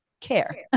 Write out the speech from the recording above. care